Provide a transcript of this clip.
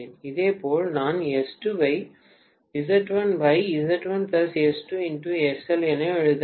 இதேபோல் நான் S2 ஐப் என எழுத வேண்டும்